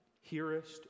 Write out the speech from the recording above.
Hearest